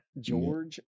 George